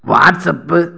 WhatsApp